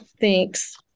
thanks